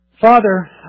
Father